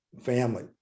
family